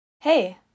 Hey